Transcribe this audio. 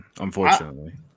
unfortunately